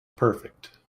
perfect